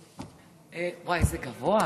וואי, איזה גבוה.